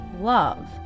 love